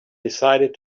decided